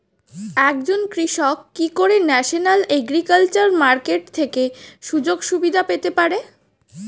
একজন কৃষক কি করে ন্যাশনাল এগ্রিকালচার মার্কেট থেকে সুযোগ সুবিধা পেতে পারে?